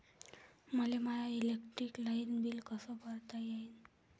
मले माय electric light bill कस भरता येईल?